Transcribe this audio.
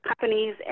companies